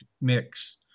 mix